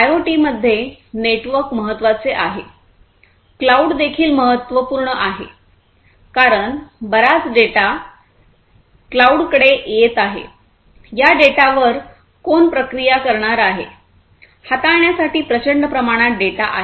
आयओटीमध्ये network महत्वाचे आहे cloud देखील महत्त्वपूर्ण आहे कारण बराच डेटा कडे क्लाऊड कडे येत आहे या डेटावर कोण प्रक्रिया करणार आहे हाताळण्यासाठी प्रचंड प्रमाणात डेटा आहे